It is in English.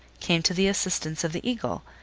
came to the assistance of the eagle,